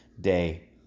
day